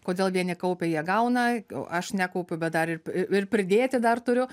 kodėl vieni kaupia jie gauna aš nekaupiu bet dar ir ir pridėti dar turiu